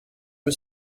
for